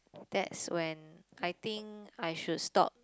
that's when I think I should stop